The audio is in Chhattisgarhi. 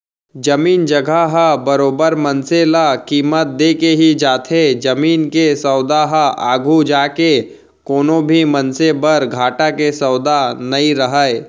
जमीन जघा ह बरोबर मनसे ल कीमत देके ही जाथे जमीन के सौदा ह आघू जाके कोनो भी मनसे बर घाटा के सौदा नइ रहय